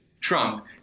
Trump